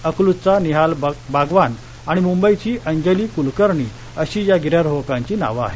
अकलुजचा निहाल बागवान आणि मुंबईची अंजली कुलकर्णी अशी या गिर्यारोहकांची नावे आहेत